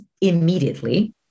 immediately